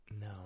No